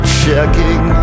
checking